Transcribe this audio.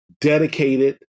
dedicated